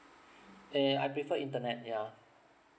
eh I prefer internet yeah